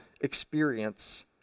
experience